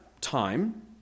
time